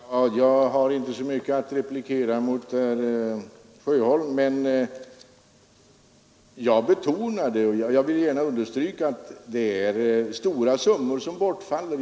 Herr talman! Jag har inte så mycket att anföra mot herr Sjöholm. Jag betonade dock — och jag vill gärna understryka det — att det är stora summor som bortfaller.